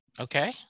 Okay